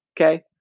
Okay